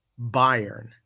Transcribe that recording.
Bayern